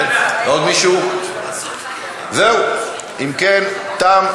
אני קובע כי הצעת חוק הקלה באמצעי משמעת המוטלים על בעלי מקצועות